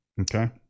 Okay